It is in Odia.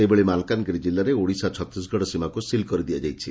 ସେହିଭଳି ମାଲକାନଗିରି କିଲ୍ଲାରେ ଓଡ଼ିଶା ଛତିଶଗଡ଼ ସୀମାକୁ ସିଲ୍ କରିଦିଆଯାଇଛି